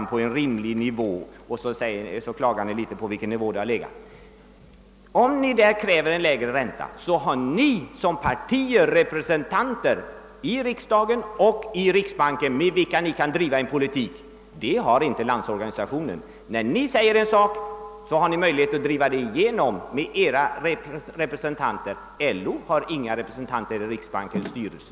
Om ni kräver en lägre ränta har ni som partier representanter i riksbanken genom vilka ni kan driva en politik. Det har inte Landsorganisationen. När ni säger en sak har ni möjlighet att driva igenom den med hjälp av era egna representanter. LO har inga representanter i riksbankens styrelse.